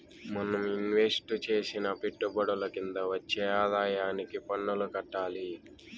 మనం ఇన్వెస్టు చేసిన పెట్టుబడుల కింద వచ్చే ఆదాయానికి పన్నులు కట్టాలి